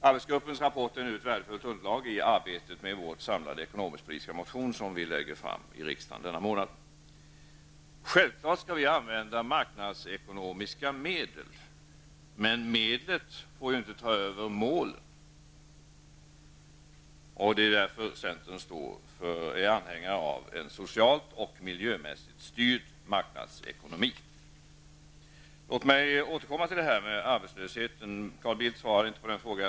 Arbetsgruppens rapport utgör ett värdefullt underlag för arbetet med vår samlade ekonomiskpolitiska motion som vi lägger fram i riksdagen denna månad. Självfallet skall vi använda marknadsekonomiska medel. Men medlet får inte så att säga ta över målet. Det är därför som vi i centern är anhängare av en socialt och miljömässigt styrd marknadsekonomi. Låt mig återkomma till detta med arbetslösheten. Carl Bildt svarade inte på min fråga.